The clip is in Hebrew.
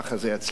תודה רבה.